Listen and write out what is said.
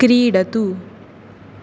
क्रीडतु